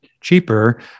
cheaper